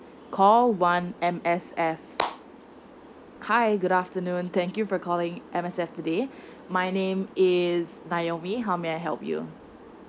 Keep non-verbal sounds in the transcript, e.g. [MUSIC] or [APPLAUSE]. call one M_S_F [NOISE] hi good afternoon thank you for calling M_S_F today my name is naomi how may I help you